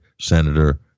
Senator